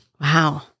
wow